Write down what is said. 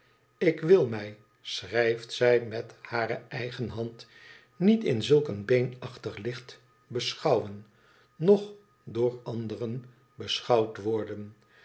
ik wil mij schrijft zij met hare eigen hand niet in zulk een beenachtig licht beschouwen noch door anderen beschouwd worden